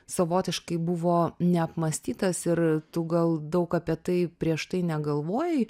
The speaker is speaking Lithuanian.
savotiškai buvo neapmąstytas ir tu gal daug apie tai prieš tai negalvojai